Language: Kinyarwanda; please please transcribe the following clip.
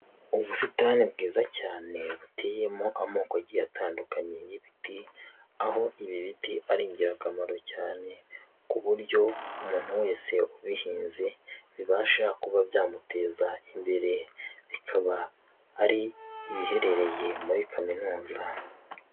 Ubusitani bwiza cyane buteyemo amoko agiye atandukanye y'ibiti, aho ibi biti ari ingirakamaro cyane, ku buryo umuntu wese ubihinze bibasha kuba byamuteza imbere, bikaba ari ibiherereye muri kaminuza.